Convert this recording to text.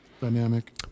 dynamic